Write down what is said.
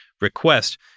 request